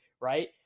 right